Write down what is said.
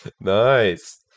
Nice